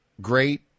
great